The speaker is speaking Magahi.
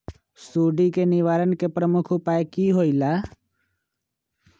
सुडी के निवारण के प्रमुख उपाय कि होइला?